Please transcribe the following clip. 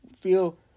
feel